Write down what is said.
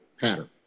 pattern